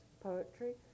poetry